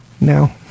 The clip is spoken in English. no